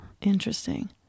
Interesting